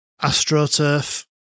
AstroTurf